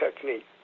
technique